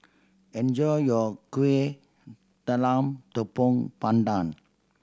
enjoy your Kuih Talam Tepong Pandan